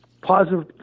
positive